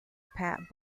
pat